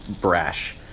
brash